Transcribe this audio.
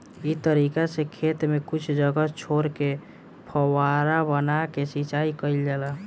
इ तरीका से खेत में कुछ जगह छोर के फौवारा बना के सिंचाई कईल जाला